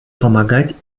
помогать